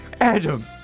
Adam